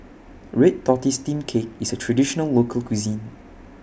Red Tortoise Steamed Cake IS A Traditional Local Cuisine